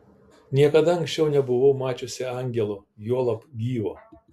niekada anksčiau nebuvau mačiusi angelo juolab gyvo